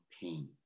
pain